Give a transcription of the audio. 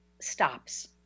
stops